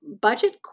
budget